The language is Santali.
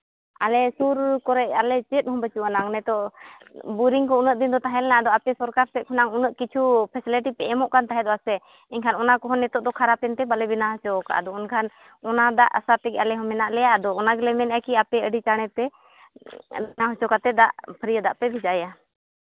ᱟᱞᱮ ᱥᱩᱨ ᱠᱚᱨᱮ ᱟᱞᱮ ᱪᱮᱫ ᱦᱚᱸ ᱵᱟᱹᱪᱩᱜ ᱟᱱᱟᱝ ᱱᱤᱛᱳᱜ ᱵᱳᱨᱤᱝ ᱠᱚ ᱩᱱᱟᱹᱜ ᱫᱤᱱ ᱫᱚ ᱛᱟᱦᱮᱸ ᱞᱮᱱᱟ ᱟᱫᱚ ᱟᱯᱮ ᱥᱚᱨᱠᱟᱨ ᱥᱮᱫ ᱠᱷᱚᱱᱟᱝ ᱩᱱᱟᱹᱜ ᱠᱤᱪᱷᱩ ᱯᱷᱮᱥᱮᱞᱤᱴᱤ ᱯᱮ ᱮᱢᱚᱜ ᱛᱟᱦᱮᱸ ᱫᱚᱜᱼᱟ ᱥᱮ ᱮᱱᱠᱷᱟᱱ ᱚᱱᱟ ᱠᱚᱦᱚᱸ ᱱᱤᱛᱳᱜ ᱫᱚ ᱠᱷᱟᱨᱟᱯᱮᱱ ᱛᱮ ᱵᱟᱞᱮ ᱵᱮᱱᱟᱣ ᱦᱚᱪᱚᱣ ᱟᱠᱟᱜᱟ ᱮᱱᱠᱷᱟᱱ ᱚᱱᱟ ᱫᱟᱜ ᱟᱥᱟ ᱛᱮᱜᱮ ᱟᱞᱮ ᱦᱚᱸ ᱢᱮᱱᱟᱜ ᱞᱮᱭᱟ ᱟᱫᱚ ᱚᱱᱟ ᱜᱮᱞᱮ ᱢᱮᱱᱮᱜᱼᱟ ᱠᱤ ᱟᱯᱮ ᱟᱹᱰᱤ ᱪᱟᱬᱮ ᱯᱮ ᱵᱮᱱᱟᱣ ᱦᱚᱪᱚ ᱠᱟᱛᱮᱫ ᱫᱟᱜ ᱯᱷᱟᱹᱨᱭᱟᱹ ᱫᱟᱜ ᱯᱮ ᱵᱷᱮᱡᱟᱭᱟ